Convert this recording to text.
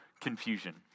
confusion